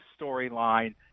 storyline